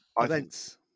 Events